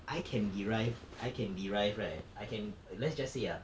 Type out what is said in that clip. I can derive I can derive right I can let's just say ah